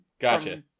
gotcha